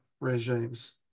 regimes